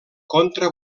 contra